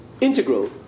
integral